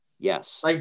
Yes